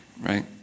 right